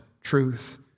truth